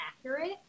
accurate